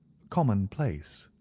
commonplace,